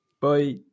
Bye